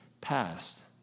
past